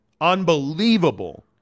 Unbelievable